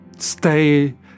stay